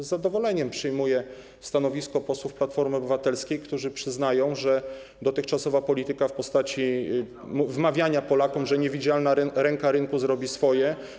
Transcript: Z zadowoleniem przyjmuję stanowisko posłów Platformy Obywatelskiej, którzy przyznają, że dotychczasowa polityka w postaci wmawiania Polakom, że niewidzialna ręka rynku zrobi swoje.